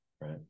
right